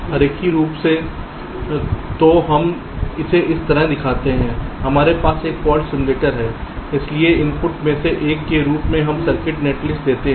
आरेखीय रूप से तो हम इसे इस तरह दिखाते हैं हमारे पास एक फाल्ट सिम्युलेटर है इसलिए इनपुट में से एक के रूप में हम सर्किट नेटलिस्ट देते हैं